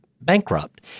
bankrupt